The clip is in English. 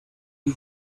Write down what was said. you